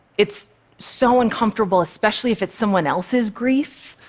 it's so uncomfortable, especially if it's someone else's grief.